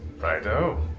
Righto